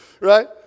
Right